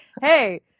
hey